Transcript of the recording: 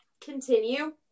Continue